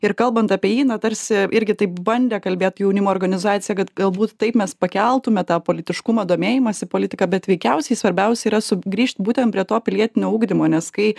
ir kalbant apie jį na tarsi irgi taip bandė kalbėt jaunimo organizacija kad galbūt taip mes pakeltume tą politiškumą domėjimąsi politika bet veikiausiai svarbiausia yra sugrįžti būtent prie to pilietinio ugdymo nes kai